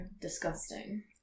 disgusting